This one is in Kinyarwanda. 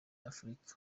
afurika